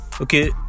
Okay